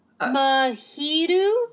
Mahiru